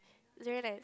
is very nice